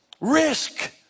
Risk